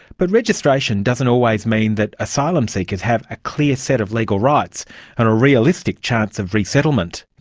but registration doesn't always mean that asylum seekers have a clear set of legal rights and a realistic chance of resettlement.